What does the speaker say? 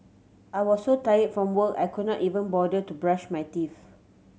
I was so tired from work I could not even bother to brush my teeth